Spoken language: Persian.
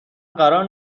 قرار